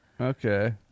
Okay